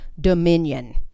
dominion